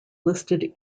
listed